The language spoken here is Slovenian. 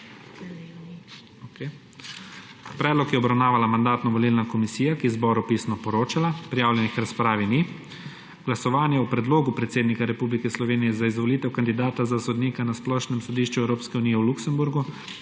Predlog je obravnavala Mandatno-volilna komisija, ki je zboru pisno poročala. Prijavljenih k razpravi ni. Glasovanje o predlogu predsednika Republike Slovenije za izvolitev kandidata za sodnika na Splošnem sodišču Evropske unije v Luksemburgu